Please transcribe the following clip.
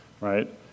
right